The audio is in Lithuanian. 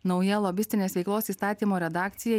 nauja lobistinės veiklos įstatymo redakcija